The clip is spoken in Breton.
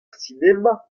sinema